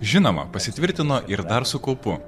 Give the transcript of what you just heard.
žinoma pasitvirtino ir dar su kaupu